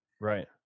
Right